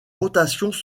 rotations